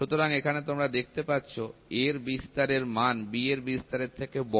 সুতরাং এখানে তোমরা দেখতে পাচ্ছ A র বিস্তার এর মান B র বিস্তারের থেকে বড়